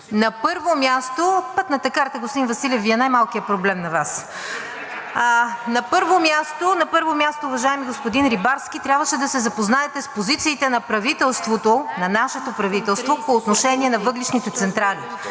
липсва.“) Пътната карта, господин Василев, Ви е най-малкият проблем на Вас. (Оживление.) На първо място, уважаеми господин Рибарски, трябваше да се запознаете с позициите на правителството, на нашето правителство по отношение на въглищните централи